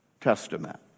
Testament